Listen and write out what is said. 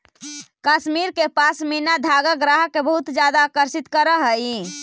कश्मीर के पशमीना धागा ग्राहक के बहुत ज्यादा आकर्षित करऽ हइ